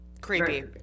Creepy